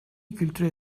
kültüre